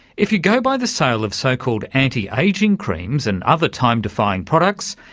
if you go by the sale of so-called anti-ageing creams and other time-defying products,